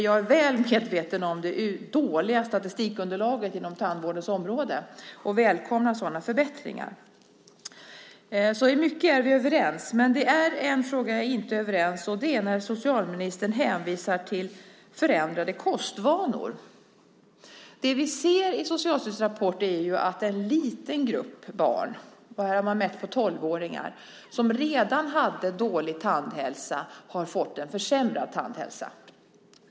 Jag är väl medveten om det dåliga statistikunderlaget inom tandvårdens område och välkomnar förbättringar. I mycket är vi överens, men det är en fråga där jag inte är överens, och det är när socialministern hänvisar till förändrade kostvanor. Det vi ser i Socialstyrelsens rapport är att det är en liten grupp barn - man har mätt tolvåringar - som redan hade dålig tandhälsa har fått en försämrad tandhälsa.